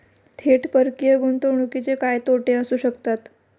थेट परकीय गुंतवणुकीचे काय तोटे असू शकतात?